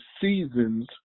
seasons